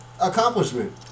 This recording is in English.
accomplishment